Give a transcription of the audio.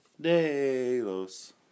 Delos